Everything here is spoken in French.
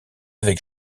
avec